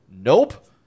Nope